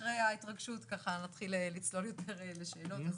אחרי ההתרגשות, ככה נתחיל לצלול יותר לשאלות.